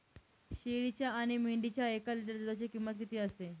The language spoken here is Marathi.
शेळीच्या आणि मेंढीच्या एक लिटर दूधाची किंमत किती असते?